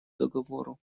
договору